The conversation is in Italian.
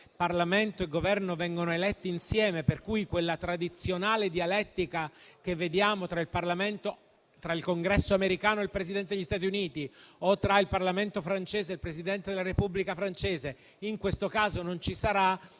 Parlamento e Governo vengono eletti insieme, quella tradizionale dialettica che vediamo tra il Congresso americano e il Presidente degli Stati Uniti, o tra il Parlamento francese e il Presidente della Repubblica francese, in questo caso non ci sarà.